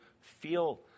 feel